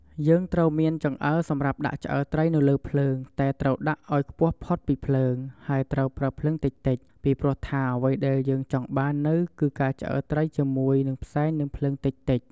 យើងត្រូវមាន ចង្អើរសម្រាប់ដាក់ឆ្អើរត្រីនៅលើភ្លើង តែត្រូវដាក់អោយខ្ពស់ផុតពីភ្លើង ហើយត្រូវប្រើភ្លើងតិចៗ ពីព្រោះថាអ្វីដែលយើងចង់បាននៅគឺការឆ្អើរត្រីជាមួយ និងផ្សែង និងភ្លើងតិចៗ។